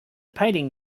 painting